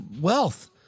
wealth